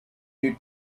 new